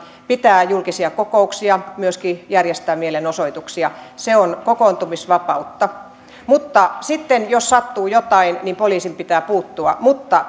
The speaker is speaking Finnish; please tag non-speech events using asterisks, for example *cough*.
pitää julkisia kokouksia myöskin järjestää mielenosoituksia se on kokoontumisvapautta mutta sitten jos sattuu jotain poliisin pitää puuttua mutta *unintelligible*